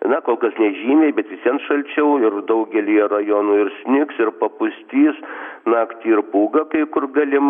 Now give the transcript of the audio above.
na kol kas nežymiai bet vis vien šalčiau ir daugelyje rajonų snigs ir papustys naktį ir pūga kai kur galima